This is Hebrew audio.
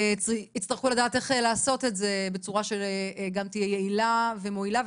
יצטרכו לדעת איך לעשות את זה בצורה שגם תהיה יעילה ומועילה.